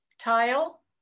Tile